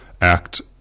act